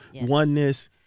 oneness